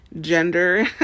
gender